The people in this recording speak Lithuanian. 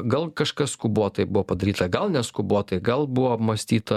gal kažkas skubotai buvo padaryta gal neskubotai gal buvo apmąstyta